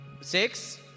six